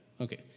okay